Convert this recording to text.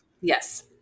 Yes